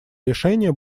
решения